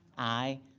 aye.